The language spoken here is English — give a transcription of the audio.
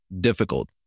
difficult